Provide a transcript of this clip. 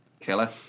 Killer